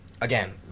Again